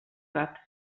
bat